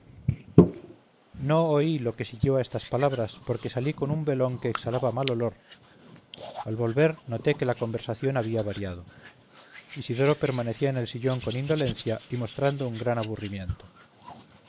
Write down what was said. no oí lo que siguió a estas palabras porque salí con un velón que exhalaba mal olor al volver noté que la conversación había variado isidoro permanecía en el sillón con indolencia y mostrando un gran aburrimiento